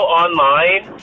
online